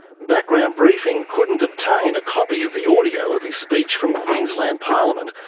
background briefing couldn't obtain a copy of the audio of his speech from queensland parliament,